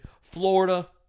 Florida